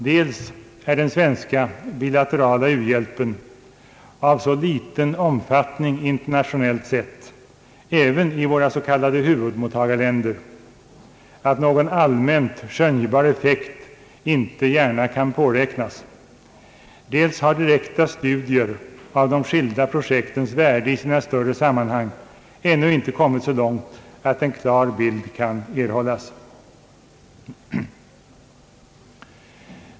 Dels är den svenska bilaterala u-hjälpen av så liten omfattning internationellt sett, även i våra s.k. huvudmottagarländer, att någon allmänt skönjbar effekt inte gärna kan påräknas, dels har direkta studier av de skilda projektens värde i sina större sammanhang ännu inte kommit så långt att en klar bild kan erhållas.